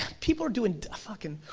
people are doing fucking.